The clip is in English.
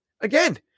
again